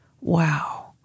Wow